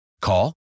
Call